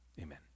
Amen